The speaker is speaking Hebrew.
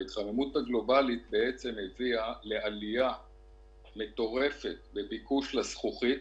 ההתחממות הגלובלית הביאה לעלייה מטורפת בביקוש לזכוכית,